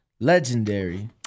Legendary